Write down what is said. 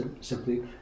simply